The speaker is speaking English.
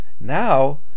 Now